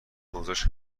اوضاش